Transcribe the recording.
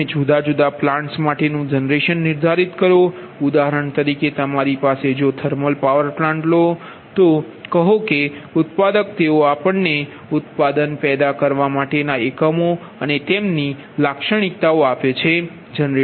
તમે જુદા જુદા પલાન્ટ માટેનુ જનરેશન નિર્ધારિત કરો ઉદાહરણ તરીકે તમારી પાસે જો થર્મલ પાવર પ્લાન્ટ લો છો તો કહે છે કે ઉત્પાદક તેઓ આપણને ઉત્પાદન પેદા કરનારા એકમોની તમનેલાક્ષણિકતાઓ આપે છે